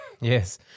Yes